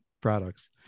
products